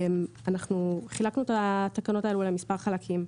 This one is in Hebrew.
אנחנו חילקנו את התקנות האלו למספר חלקים: